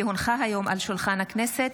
כי הונחה היום על שולחן הכנסת,